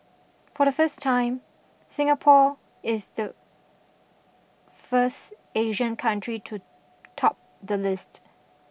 for the first time Singapore is the first Asian country to top the list